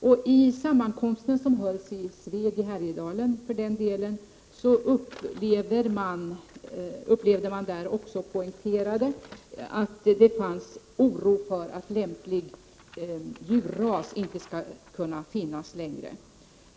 I den sammankomst som hölls i Sveg i Härjedalen poängterades också att det fanns en oro över att en lämplig djurras inte längre skall kunna finnas kvar.